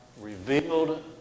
revealed